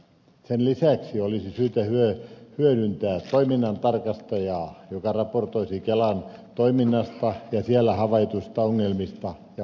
sen lisäksi olisi syytä hyödyntää toiminnantarkastajaa joka raportoisi kelan toiminnasta ja siellä havaituista ongelmista ja puutteista